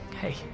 Hey